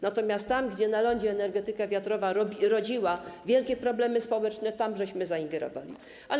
Natomiast tam, gdzie na lądzie energetyka wiatrowa rodziła wielkie problemy społeczne, zaingerowaliśmy.